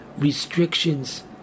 Restrictions